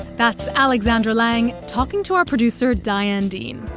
that's alexandra lange, talking to our producer diane dean.